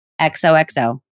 XOXO